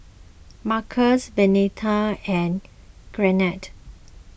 Marcus Venita and Garnett